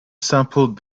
sampled